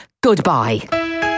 goodbye